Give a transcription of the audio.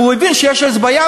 והוא יבין שיש לו איזו בעיה,